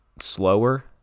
slower